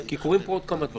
כי קורים פה עוד כמה דברים.